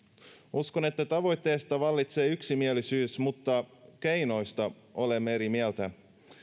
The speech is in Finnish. uskon että tavoitteesta vallitsee yksimielisyys mutta keinoista olemme eri mieltä